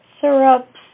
syrups